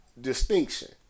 distinction